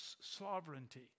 sovereignty